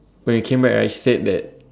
when we came back right she said that